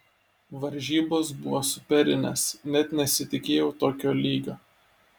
varžybos buvo superinės net nesitikėjau tokio lygio